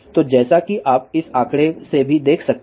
तो जैसा कि आप इस आंकड़े से भी देख सकते हैं